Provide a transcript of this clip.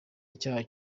icyaha